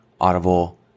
Audible